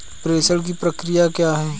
प्रेषण की प्रक्रिया क्या है?